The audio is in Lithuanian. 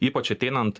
ypač ateinant